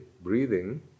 breathing